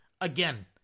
again